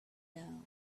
now